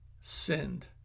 sinned